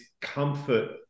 comfort